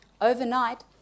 overnight